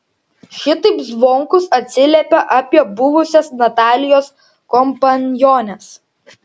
šitaip zvonkus atsiliepė apie buvusias natalijos kompaniones